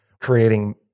creating